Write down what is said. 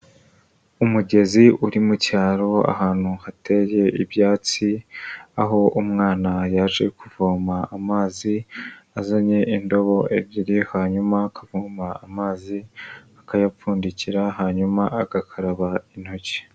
Umugezi uri mu cyaro ahantu hateye ibyatsi, aho umwana yaje kuvoma amazi azanye indobo ebyiri, hanyuma akavoma amazi akayapfundikira, hanyuma agakaraba intoki.